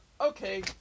okay